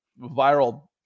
viral